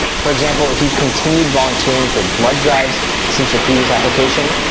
for example, if you've continued volunteering for blood drives since your previous application,